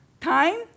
Time